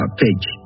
page